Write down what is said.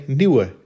nieuwe